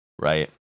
Right